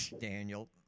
Daniel